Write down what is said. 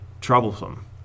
troublesome